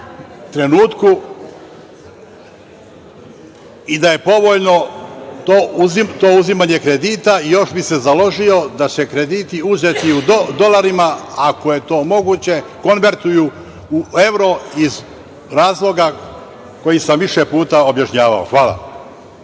trenutku i da je povoljno to uzimanje kredita. Još bi se založio da se krediti uzeti u dolarima, ako je to moguće, konvertuju u evro iz razloga koji sam više puta objašnjavao. Hvala.